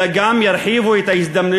אלא גם ירחיבו את ההזדמנויות